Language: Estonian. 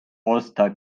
osta